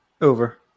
Over